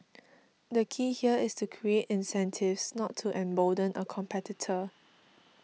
the key here is to create incentives not to embolden a competitor